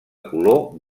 color